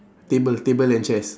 table table and chairs